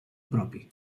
propi